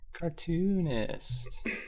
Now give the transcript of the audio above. Cartoonist